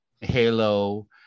Halo